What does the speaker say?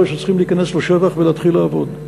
חבר'ה שצריכים להיכנס לשטח ולהתחיל לעבוד.